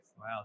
Wow